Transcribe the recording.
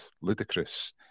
ludicrous